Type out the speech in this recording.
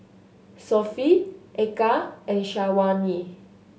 Sofea Eka and Syazwani